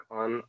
on